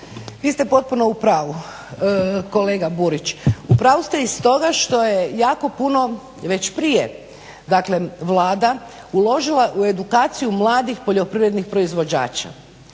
Vi ste potpuno u pravu kolega Burić, u pravu ste i stoga što je jako puno već prije, dakle Vlada uložila u edukaciju mladih poljoprivrednih proizvođača.